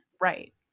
right